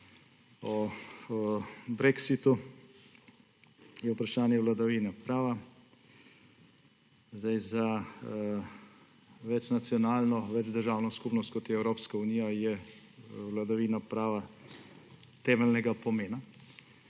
o brexitu, je vprašanje vladavine prava. Za večnacionalno, večdržavno skupnost, kot je Evropska unija, je vladavina prava temeljnega pomena.